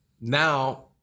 now